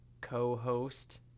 co-host